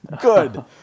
good